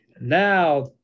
now